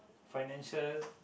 financial